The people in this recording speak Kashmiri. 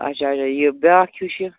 اچھا اچھا یہِ بیٛاکھ ہیوٗ چھِ